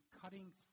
cutting